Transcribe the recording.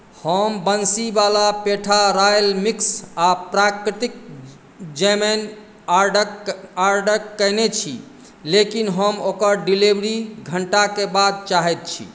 हम Bansiwala petha royal mix आ प्राकृतिक जमैन ऑर्डक ऑर्डक कयने छी लेकिन हम ओकर डिलीवरी घण्टाके बाद चाहैत छी